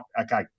Okay